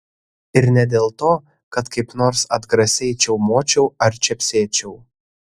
ir ne dėl to kad kaip nors atgrasiai čiaumočiau ar čepsėčiau